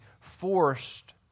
forced